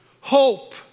hope